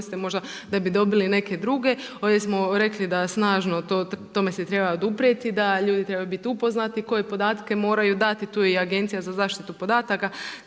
možda da bi dobili neke druge. Već smo rekli da snažno tome se treba oduprijeti, da ljudi trebaju biti upoznati koje podatke moraju dati, tu je i Agencija za zaštitu podataka,